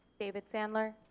david sandler.